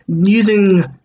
using